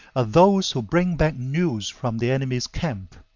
are those who bring back news from the enemy's camp.